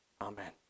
Amen